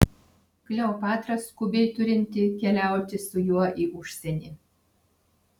kleopatra skubiai turinti keliauti su juo į užsienį